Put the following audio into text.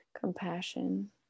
Compassion